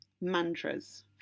mantras